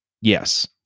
yes